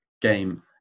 game